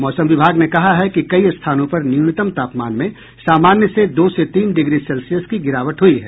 मौसम विभाग ने कहा है कि कई स्थानों पर न्यूनतम तापमान में सामान्य से दो से तीन डिग्री सेल्सियस की गिरावट हुई है